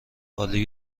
عالی